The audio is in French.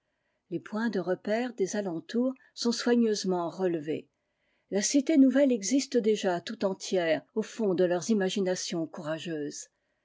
les points de repère des alentours sont soigneusement relevés la cité nouvelle existe déjà tout entière au fond de leurs imaginations courageuses